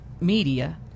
media